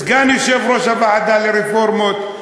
סגן יושב-ראש הוועדה לרפורמות.